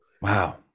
Wow